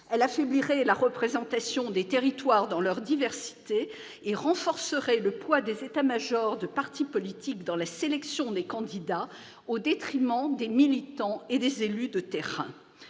Il affaiblirait la représentation des territoires dans leur diversité et renforcerait le poids des états-majors de partis politiques dans la sélection des candidats, au détriment des militants et des élus de terrain.